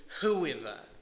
whoever